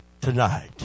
tonight